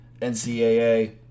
NCAA